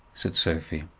said sophie,